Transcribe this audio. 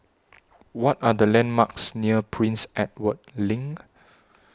What Are The landmarks near Prince Edward LINK